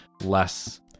less